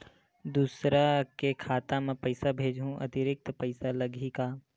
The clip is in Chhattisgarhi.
दूसरा के खाता म पईसा भेजहूँ अतिरिक्त पईसा लगही का?